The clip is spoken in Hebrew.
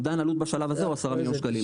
אומדן עלות בשלב הזה הוא 10 מיליון שקלים.